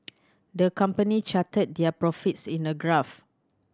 the company charted their profits in a graph